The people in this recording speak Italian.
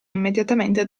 immediatamente